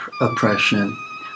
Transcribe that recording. oppression